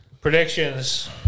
Predictions